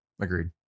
Agreed